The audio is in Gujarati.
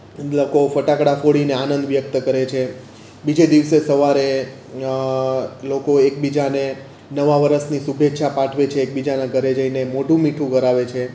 લોકો ફટાકડા ફોડીને આનંદ વ્યક્ત કરે છે બીજે દિવસે સવારે લોકો એકબીજાને નવાં વર્ષની શુભેચ્છા પાઠવે છે એકબીજાના ઘરે જઈને મોઢું મીઠું કરાવે છે